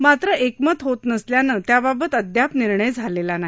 मात्र एकमत होत नसल्यानं त्याबाबत अद्याप निर्णय झालली नाही